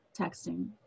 texting